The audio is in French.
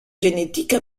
génétique